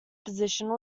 position